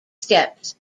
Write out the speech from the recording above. steps